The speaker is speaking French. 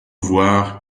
voir